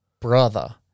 brother